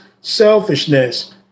selfishness